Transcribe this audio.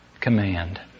command